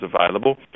available